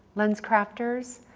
lenscrafters,